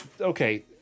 okay